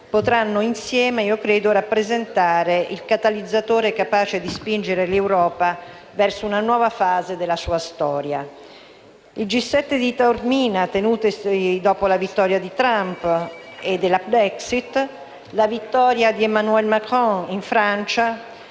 potranno insieme rappresentare il catalizzatore capace di spingere l'Europa verso una nuova fase della sua storia. Il G7 di Taormina, tenutosi dopo la vittoria di Trump e della Brexit, e la vittoria di Emmanuel Macron in Francia